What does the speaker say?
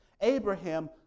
Abraham